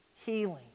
healing